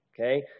okay